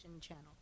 channel